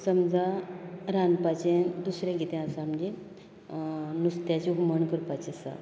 समजा रांदपाचें दुसरें कितें आसा म्हणजे नुस्त्याचें हुमण करपाचें आसा